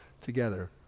together